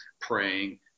praying